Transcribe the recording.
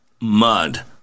mud